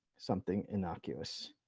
something innocuous